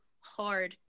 hard